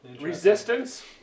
resistance